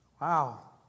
Wow